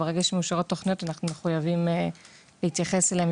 ברגע שמאושרות תוכניות אנחנו מחויבים להתייחס אליהן,